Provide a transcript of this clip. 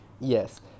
Yes